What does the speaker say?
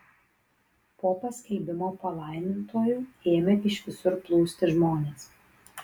po paskelbimo palaimintuoju ėmė iš visur plūsti žmonės